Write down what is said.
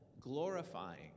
glorifying